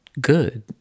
good